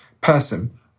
person